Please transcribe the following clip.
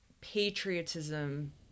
patriotism